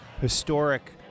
historic